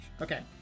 Okay